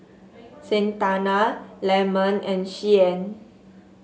Santana Lemon and Shyann